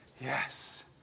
Yes